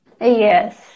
Yes